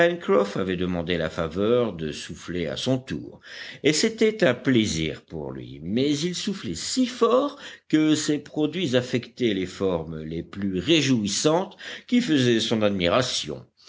avait demandé la faveur de souffler à son tour et c'était un plaisir pour lui mais il soufflait si fort que ses produits affectaient les formes les plus réjouissantes qui faisaient son admiration